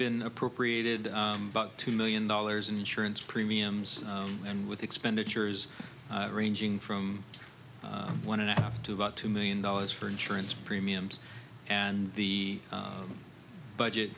been appropriated about two million dollars in insurance premiums and with expenditures ranging from one and a half to about two million dollars for insurance premiums and the budget